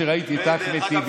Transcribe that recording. כשראיתי את אחמד טיבי,